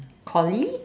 colleague